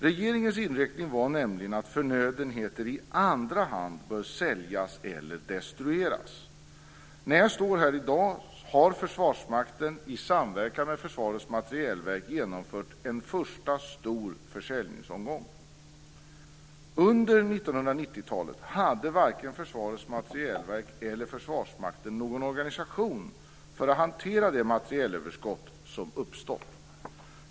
Regeringens inriktning var nämligen att förnödenheter i andra hand bör säljas eller destrueras. När jag står här i dag har Försvarsmakten i samverkan med Försvarets materielverk genomfört en första stor försäljningsomgång. Under 1990-talet hade varken Försvarets materielverk eller Försvarsmakten någon organisation för att hantera det materielöverskott som uppstått.